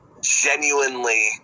genuinely